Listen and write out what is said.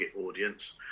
audience